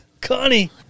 Connie